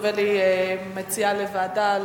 האשה.